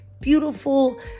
beautiful